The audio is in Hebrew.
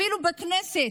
אפילו בכנסת,